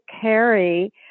carry